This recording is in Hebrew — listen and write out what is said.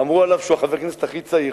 אמרו עליו שהוא חבר הכנסת הכי צעיר.